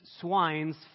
swine's